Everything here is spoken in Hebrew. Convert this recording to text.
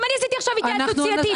גם אני עשיתי עכשיו התייעצות סיעתית.